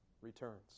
returns